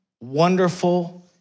wonderful